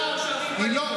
מה היא אמרה?